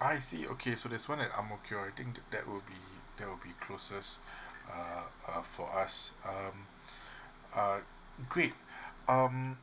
I see okay so that's one at ang mo kio I think that will be that will be closest uh uh for us um uh great um